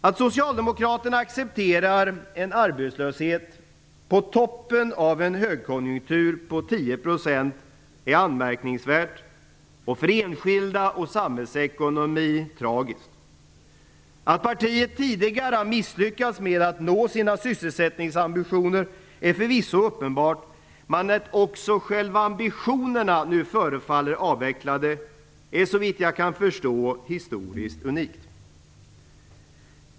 Att socialdemokraterna accepterar en arbetslöshet på 10 % på toppen av en högkonjunktur är anmärkningsvärt. För enskilda och för samhällsekonomin är det tragiskt. Att partiet tidigare har misslyckats med att uppnå sina sysselsättningsambitioner är förvisso uppenbart. Men att också själva ambitionerna nu förefaller avvecklade är såvitt jag kan förstå historiskt unikt.